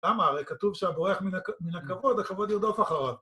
למה? הרי כתוב שהבורח מן הכבוד, הכבוד ירדוף אחריו.